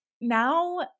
now